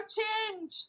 change